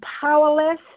powerless